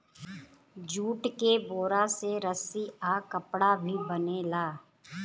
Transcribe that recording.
jute के बोरा से रस्सी आ कपड़ा भी बनेला